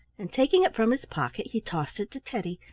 and taking it from his pocket he tossed it to teddy.